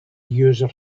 user